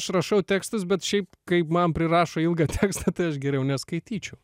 aš rašau tekstus bet šiaip kaip man prirašo ilgą tekstą tai aš geriau neskaityčiau